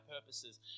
purposes